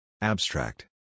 Abstract